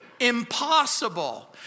impossible